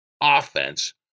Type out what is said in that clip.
offense